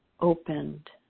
opened